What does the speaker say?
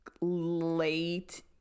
late